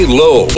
low